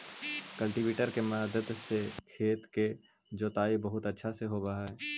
cultivator के मदद से खेत के जोताई बहुत अच्छा से होवऽ हई